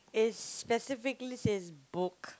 is specifically says book